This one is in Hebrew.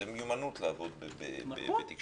זאת מיומנות לעבוד בזום.